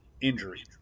injury